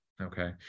Okay